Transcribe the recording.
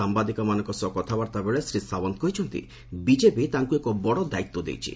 ସାମ୍ବାଦିକମାନଙ୍କ ସହ କଥାବାର୍ତ୍ତା ବେଳେ ଶ୍ରୀ ସାଓ୍ପନ୍ତ କହିଛନ୍ତି ବିଜେପି ତାଙ୍କୁ ଏକ ବଡ଼ ଦାୟିତ୍ୱ ଦେଇଛି